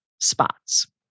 spots